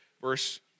verse